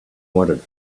wanted